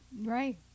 Right